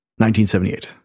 1978